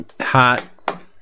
hot